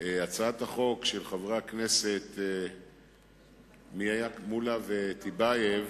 הצעת החוק של חברי הכנסת מולה וטיבייב